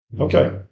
Okay